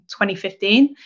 2015